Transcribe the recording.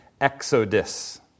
exodus